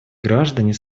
граждане